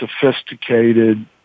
sophisticated